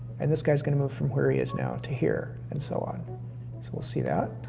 and this guy's gonna move from where he is now to here, and so on. so we'll see that.